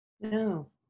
No